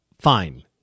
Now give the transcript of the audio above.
fine